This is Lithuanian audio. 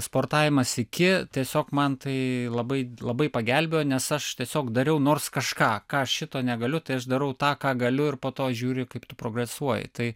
sportavimas iki tiesiog man tai labai labai pagelbėjo nes aš tiesiog dariau nors kažką ką šito negaliu tai aš darau tą ką galiu ir po to žiūri kaip tu progresuoji tai